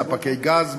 ספקי גז,